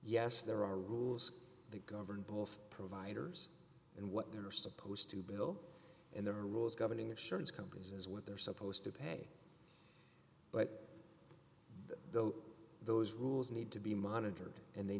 yes there are rules that govern both providers and what they're supposed to bill and there are rules governing insurance companies as what they're supposed to pay but though those rules need to be monitored and they